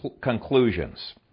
conclusions